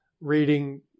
reading